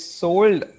sold